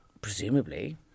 Presumably